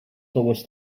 towards